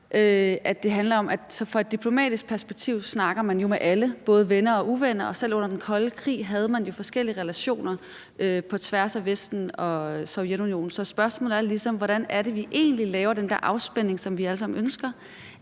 fra et diplomatisk perspektiv handler om, at man snakker med alle – både venner og uvenner? Selv under den kolde krig havde man jo forskellige relationer på tværs af Vesten og Sovjetunionen. Så spørgsmålet er ligesom: Hvordan er det, vi egentlig laver den der afspænding, som vi alle sammen ønsker?